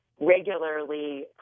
regularly